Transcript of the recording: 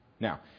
Now